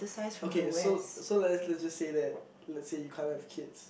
okay so so let's let's just say that let's say you can't have kids